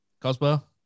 Cosmo